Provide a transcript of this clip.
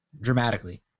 dramatically